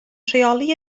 rheoli